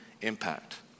impact